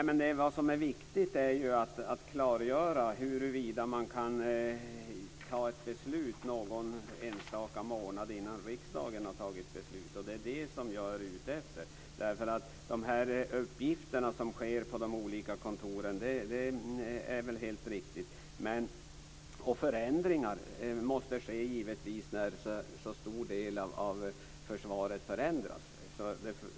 Fru talman! Det är viktigt att klargöra huruvida ett beslut kan tas någon enstaka månad före riksdagens beslut. Det är detta som jag är ute efter. När det gäller uppgifterna på de olika kontoren är det väl helt riktigt. Förändringar måste givetvis ske när en så stor del av försvaret förändras.